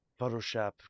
Photoshop